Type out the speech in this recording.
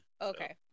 okay